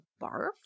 barf